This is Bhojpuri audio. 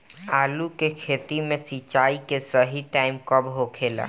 आलू के खेती मे सिंचाई के सही टाइम कब होखे ला?